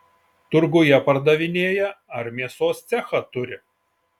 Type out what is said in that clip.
turguje pardavinėja ar mėsos cechą turi